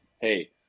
hey